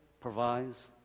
provides